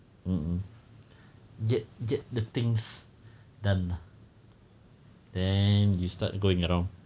um get get the things done then you start going around